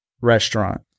restaurant